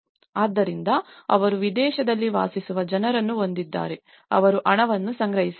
ಆದ್ದರಿಂದ ಅವರು ವಿದೇಶದಲ್ಲಿ ವಾಸಿಸುವ ಜನರನ್ನು ಹೊಂದಿದ್ದಾರೆ ಅವರು ಹಣವನ್ನು ಸಂಗ್ರಹಿಸಿದ್ದಾರೆ